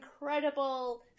incredible